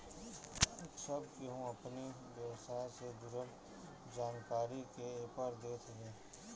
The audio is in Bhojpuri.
सब केहू अपनी व्यवसाय से जुड़ल जानकारी के एपर देत हवे